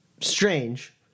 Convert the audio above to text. strange